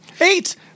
Eight